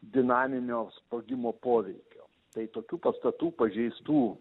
dinaminio sprogimo poveikio tai tokių pastatų pažeistų